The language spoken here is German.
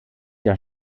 der